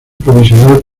provisional